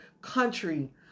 country